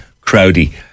Crowdy